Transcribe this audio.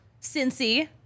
cincy